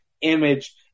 image